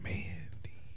Mandy